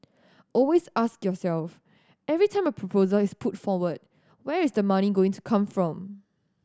always ask yourself every time a proposal is put forward where is the money going to come from